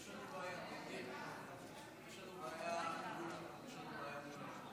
יש לנו בעיה עם,